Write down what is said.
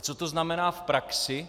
Co to znamená v praxi.